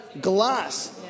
glass